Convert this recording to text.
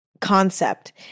concept